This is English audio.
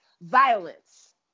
violence